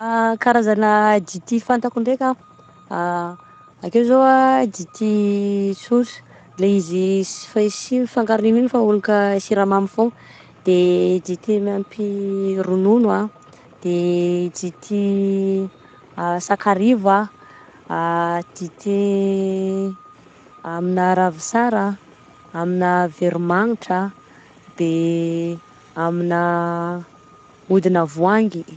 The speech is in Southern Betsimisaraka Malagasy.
Karazana dite fantako ndraika: akeo zao a dite sotra, le izy sy i- s fa- sy mifangaro n'inon'inona fa ogno ka siramamy foagna, de dite miampy ronono a, de dite sakarivo a, dite amina ravisara a, amina veromagnitra, de amina hodina voangy.